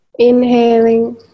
Inhaling